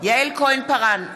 יעל כהן-פארן,